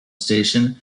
station